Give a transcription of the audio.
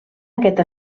aquest